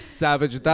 savage